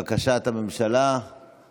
קובע שהצעת חוק התכנון והבנייה (תיקון מס' 140),